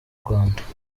rwanda